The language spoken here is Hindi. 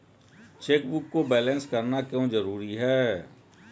चेकबुक को बैलेंस करना क्यों जरूरी है?